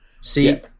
See